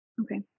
Okay